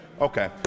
Okay